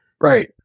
Right